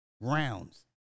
rounds